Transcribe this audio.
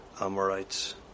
Amorites